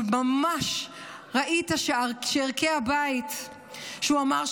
ממש ראית את ערכי הבית כשהוא אמר,